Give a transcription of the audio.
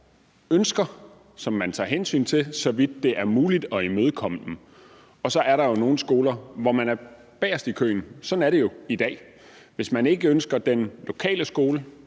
ønsker, som man tager hensyn til, så vidt det er muligt at imødekomme dem, og så er der nogle skoler, hvor man er bagest i køen. Sådan er det jo i dag. Hvis man af forskellige grunde ikke